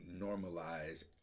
normalize